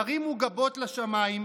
ירימו גבות לשמיים,